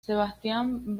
sebastian